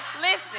listen